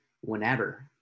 whenever